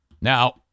Now